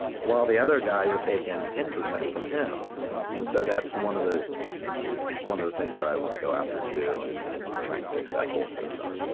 while the other guy you are taking and ten percent from him and so that's one of the one of the things i wanna go after too and and try and fix that whole system,